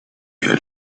had